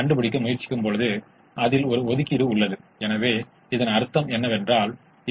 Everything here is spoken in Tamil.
இப்போது நாம் திரும்பி செல்கிறோம் இதற்கு இந்த வழியில் எழுதப்பட்ட இரட்டைக்கு 21Y1 24Y2 மற்றும் பலவற்றைக் குறைக்கவும்